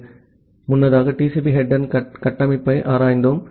எனவே முன்னதாக TCP ஹெட்டெர்ன் கட்டமைப்பை ஆராய்ந்தோம்